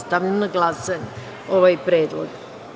Stavljam na glasanje ovaj predlog.